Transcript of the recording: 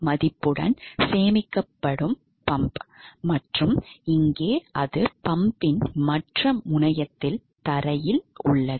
மதிப்புடன் சேமிக்கப்படும் பம்ப் மற்றும் இங்கே அது பம்பின் மற்ற முனையத்தில் தரையில் உள்ளது